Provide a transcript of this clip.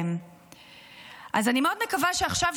ולאחד את פעם סביב מטרה אנושית אחת,